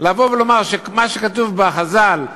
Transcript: לבוא ולומר שמה שכתוב בחז"ל,